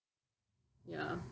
ya